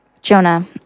Jonah